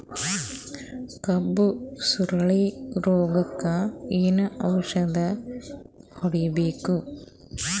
ಕಬ್ಬು ಸುರಳೀರೋಗಕ ಏನು ಔಷಧಿ ಹೋಡಿಬೇಕು?